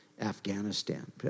Afghanistan